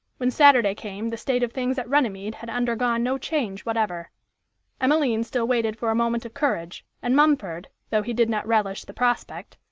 when saturday came the state of things at runnymede had undergone no change whatever emmeline still waited for a moment of courage, and mumford, though he did not relish the prospect,